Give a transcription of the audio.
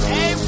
Hey